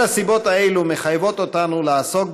כל הסיבות האלה מחייבות אותנו לעסוק